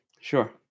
Sure